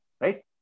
right